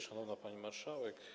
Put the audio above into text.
Szanowna Pani Marszałek!